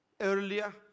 earlier